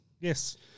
Yes